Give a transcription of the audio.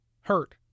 hurt